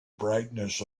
brightness